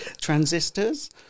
Transistors